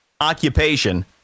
occupation